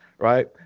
right